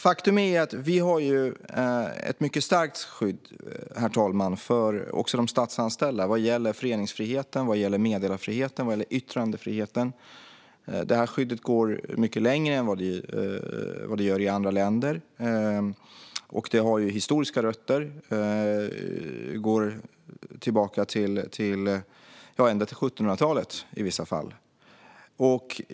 Faktum är, herr talman, att vi när det gäller de statsanställda har ett mycket starkt skydd för förenings, meddelar och yttrandefriheten. Detta skydd går mycket längre än i andra länder och har historiska rötter; det går tillbaka ända till 1700-talet, i vissa fall.